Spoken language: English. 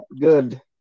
good